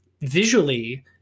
Visually